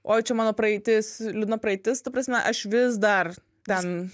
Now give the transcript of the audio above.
oi čia mano praeitis liūdna praeitis ta prasme aš vis dar ten